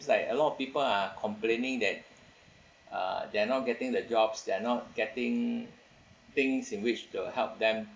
like a lot of people are complaining that uh they're not getting the jobs they are not getting things in which to help them